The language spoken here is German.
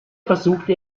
versuchte